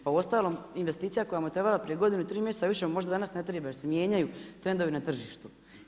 Pa uostalom investicija koja mu je trebala prije godinu i tri mjeseca više mu možda danas ne triba jer se mijenjaju trendovi na tržištu.